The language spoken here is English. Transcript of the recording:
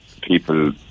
people